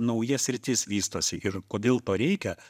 nauja sritis vystosi ir kodėl to reikia